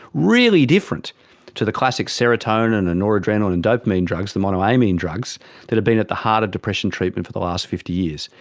really different to the classic serotonin and noradrenaline and dopamine drugs, the monoamine drugs that have been at the heart of depression treatment for the last fifty years,